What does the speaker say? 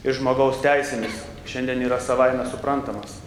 ir žmogaus teisėmis šiandien yra savaime suprantamas